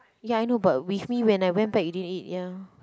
ya I know but with me when I went back you didn't eat ya